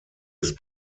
ist